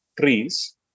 trees